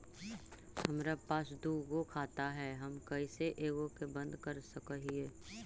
हमरा पास दु गो खाता हैं, हम कैसे एगो के बंद कर सक हिय?